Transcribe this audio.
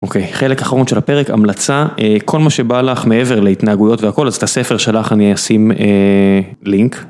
אוקיי חלק אחרון של הפרק המלצה כל מה שבא לך מעבר להתנהגויות והכל אז את הספר שלך אני אשים לינק.